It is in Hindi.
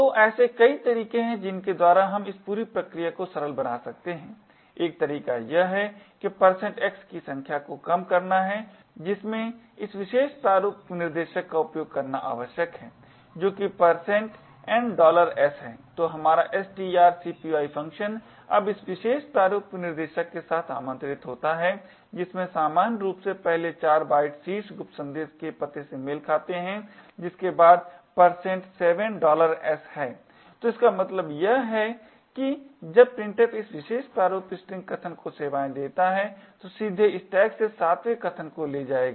तो ऐसे कई तरीके हैं जिनके द्वारा हम इस पूरी प्रक्रिया को सरल बना सकते हैं एक तरीका यह है कि x की संख्या को कम करना है जिसमें इस विशेष प्रारूप विनिर्देशक का उपयोग करना आवश्यक है जो कि Ns है तो हमारा strcpy फ़ंक्शन अब इस विशेष प्रारूप विनिर्देशक के साथ आमंत्रित होता है जिसमें सामान्य रूप से पहले 4 बाइट्स शीर्ष गुप्त संदेश के पते से मेल खाते हैं जिसके बाद 7s है तो इसका मतलब यह है कि जब printf इस विशेष प्रारूप स्ट्रिंग कथन को सेवाएं देता है तो यह सीधे स्टैक से 7 वें कथन को ले जाएगा